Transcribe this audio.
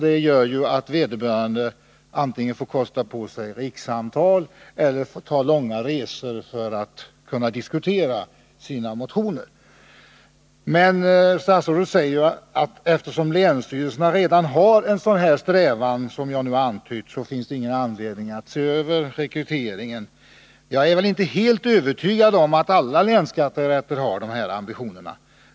Detta gör att vederbörande antingen får kosta på sig rikssamtal eller göra långa resor för att kunna diskutera sina deklarationsärenden. Statsrådet säger att eftersom länsstyrelserna redan har en sådan strävan som den jag nu antytt, finns det inte någon anledning att se över rekryteringen. Jag är dock inte helt övertygad om att alla länsstyrelser har den ambitionen.